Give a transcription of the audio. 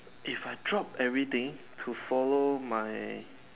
if I drop everything to follow my